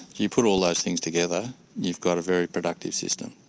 you put all those things together you've got a very productive system.